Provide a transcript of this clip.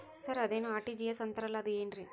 Sir ಅದೇನು RTGS ಅಂತಾರಲಾ ಅದು ಏನ್ರಿ?